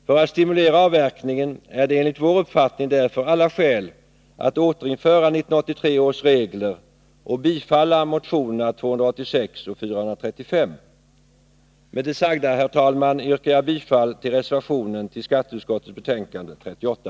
För att stimulera avverkningen är det enligt vår uppfattning därför alla skäl att återinföra 1983 års regler och bifalla motionerna 286 och 435. Med det sagda, herr talman, yrkar jag bifall till reservationen till skatteutskottets betänkande 38.